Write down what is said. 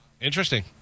interesting